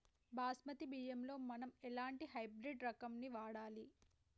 బాస్మతి బియ్యంలో మనం ఎలాంటి హైబ్రిడ్ రకం ని వాడాలి?